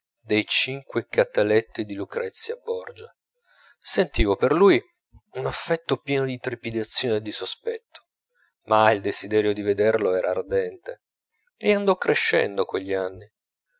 dei cinque cataletti di lucrezia borgia sentivo per lui un affetto pieno di trepidazione e di sospetto ma il desiderio di vederlo era ardente e andò crescendo cogli anni